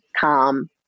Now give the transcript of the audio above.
calm